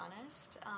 honest